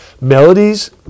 melodies